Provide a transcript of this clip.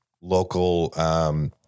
local